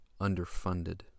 underfunded